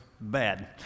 Bad